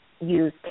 use